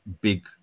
big